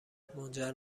منجر